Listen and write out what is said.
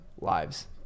lives